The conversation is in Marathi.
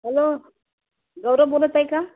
हॅलो गौरव बोलत आहे का